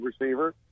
receiver